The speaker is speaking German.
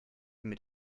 mit